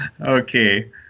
Okay